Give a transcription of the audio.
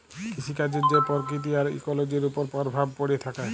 কিসিকাজের যে পরকিতি আর ইকোলোজির উপর পরভাব প্যড়ে থ্যাকে